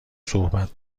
صحبت